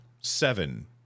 seven